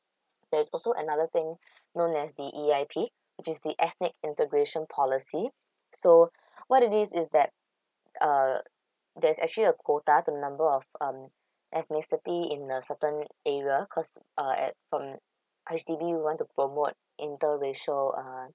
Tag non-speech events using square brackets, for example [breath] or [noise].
there is also another thing [breath] known as the E_I_P which is the ethnic integration policy so [breath] what it is is that uh there's actually a quota to the number of um ethnicity in a certain area cause uh at from H_D_B we want to promote interracial uh